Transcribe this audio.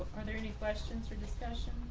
are there any questions for discussion?